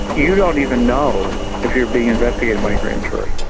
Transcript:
you don't even know if you're being investigated by a grand jury.